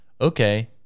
okay